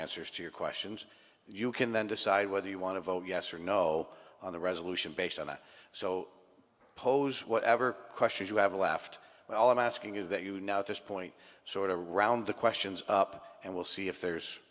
answers to your questions you can then decide whether you want to vote yes or no on the resolution based on that so pose whatever questions you have laughed but all i'm asking is that you now at this point sort of round the questions up and we'll see if there's